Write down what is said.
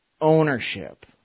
ownership